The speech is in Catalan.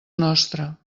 nostra